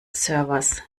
servers